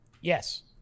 Yes